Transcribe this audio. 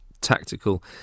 tactical